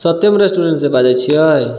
सत्यम रेस्टोरेंटसँ बाजै छियै